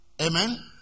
Amen